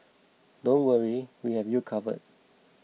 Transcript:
don't worry we have you covered